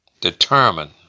Determine